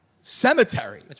cemetery